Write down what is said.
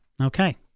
Okay